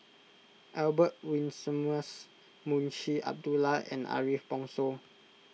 Albert Winsemius Munshi Abdullah and Ariff Bongso